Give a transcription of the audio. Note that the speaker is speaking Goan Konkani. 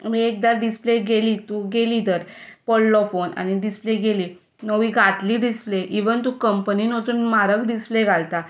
आनी एकदां डिसप्ले गेली धर पडलो फोन आनी डिसप्ले गेली नवी घातली डिसप्ले इव्हन तूं कंपनींत वचून म्हारग डिसप्ले घालता